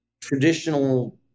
traditional